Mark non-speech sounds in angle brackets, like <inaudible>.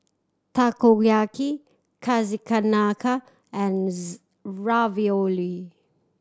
Takoyaki <unintelligible> and Ravioli